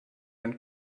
and